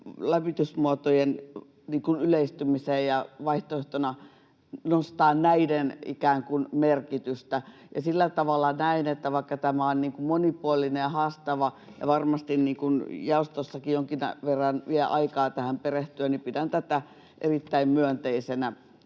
lämmitysmuotojen yleistymiseen ja nostetaan näiden merkitystä vaihtoehtoina. Ja sillä tavalla näen, että vaikka tämä on monipuolinen ja haastava ja varmasti jaostossakin jonkin verran vie aikaa tähän perehtyä, niin pidän tätä erittäin myönteisenä